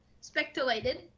Speculated